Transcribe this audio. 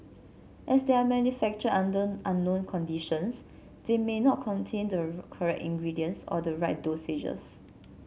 as they are manufactured under unknown conditions they may not contain the correct ingredients or the right dosages